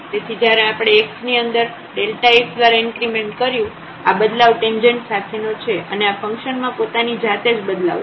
તેથી જ્યારે આપણે x ની અંદર x દ્વારા ઇન્ક્રીમેન્ટ કર્યું આ બદલાવ ટેંજેન્ટ સાથેનો છે અને આ ફંક્શન માં પોતાની જાતે જ બદલાવ છે